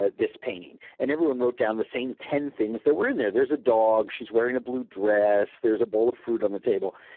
ah this painting. and everyone wrote down the same ten things that were in there. there was a dog. she was wearing a blue dress. there was a bowl of fruit on the table.